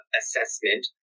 assessment